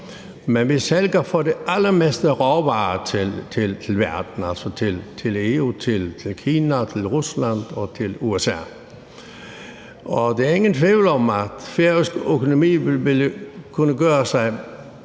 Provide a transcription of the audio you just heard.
men vi sælger for det meste råvarer til verden, altså til EU, til Kina, til Rusland og til USA. Der er ingen tvivl om, at færøsk økonomi ville kunne vokse sig